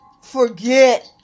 forget